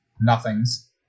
nothings